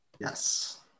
Yes